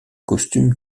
costume